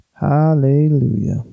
Hallelujah